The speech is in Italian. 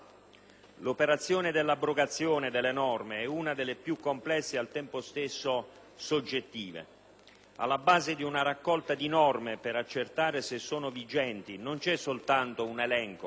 L'operazione dell'abrogazione delle norme è una delle più complesse e al tempo stesso soggettive. Alla base di una raccolta di norme, per accertare se sono vigenti, non c'è soltanto un elenco